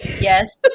Yes